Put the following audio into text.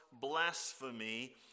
blasphemy